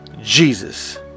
Jesus